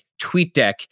TweetDeck